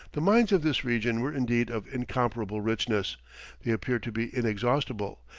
the mines of this region were indeed of incomparable richness they appeared to be inexhaustible,